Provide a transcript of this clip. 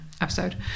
Episode